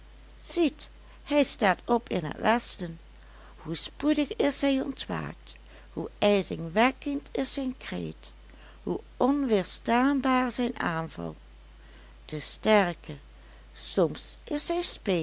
zuiden ziet hij staat op in het westen hoe spoedig is hij ontwaakt hoe ijzingwekkend is zijn kreet hoe onweerstaanbaar zijn aanval de sterke soms is hij